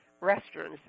restaurants